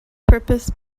purpose